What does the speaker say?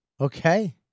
Okay